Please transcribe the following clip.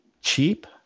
cheap